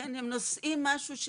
הם נושאים משהו,